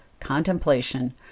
contemplation